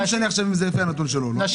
לא משנה אם זה לפי הנתון שלו או לא.